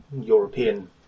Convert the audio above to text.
European